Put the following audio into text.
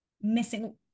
missing